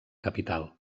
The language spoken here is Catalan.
capital